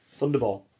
Thunderball